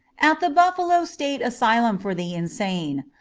at the buffalo state asylum for the insane,